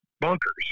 bunkers